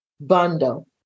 bundle